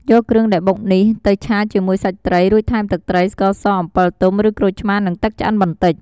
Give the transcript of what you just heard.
យកគ្រឿងដែលបុកនេះទៅឆាជាមួយសាច់ត្រី រួចថែមទឹកត្រី ស្ករស អំពិលទុំ ឬក្រូចឆ្មារ និងទឹកឆ្អិនបន្តិច។